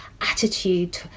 attitude